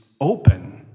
open